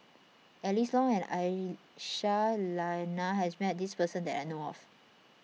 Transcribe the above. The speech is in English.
Alice Ong and Aisyah Lyana has met this person that I know of